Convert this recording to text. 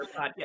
podcast